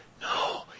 No